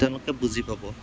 তেওঁলোকে বুজি পাব